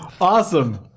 Awesome